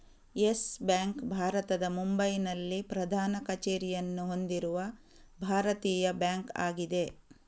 Yes Bank ಭಾರತದ ಮುಂಬೈನಲ್ಲಿ ಪ್ರಧಾನ ಕಚೇರಿಯನ್ನು ಹೊಂದಿರುವ ಭಾರತೀಯ ಬ್ಯಾಂಕ್ ಆಗಿದೆ